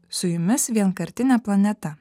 su jumis vienkartinė planeta